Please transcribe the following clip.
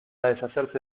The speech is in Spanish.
deshacerse